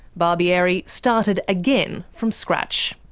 barbieri started again from scratch.